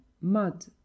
mud